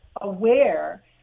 aware